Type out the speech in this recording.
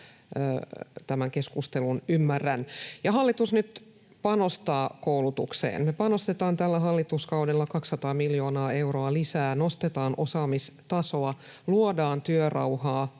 tämän keskustelun ymmärrän. Hallitus panostaa nyt koulutukseen. Me panostetaan tällä hallituskaudella 200 miljoonaa euroa lisää: nostetaan osaamistasoa, luodaan työrauhaa